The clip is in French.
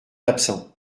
absent